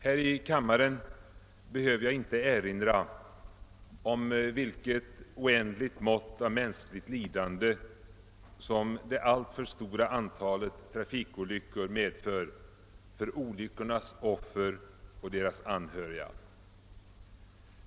Här i kammaren behöver jag inte erinra om vilket oändligt mått av mänskligt lidande som det alltför stora antalet trafikolyckor medför för olyckornas offer och deras anhöriga.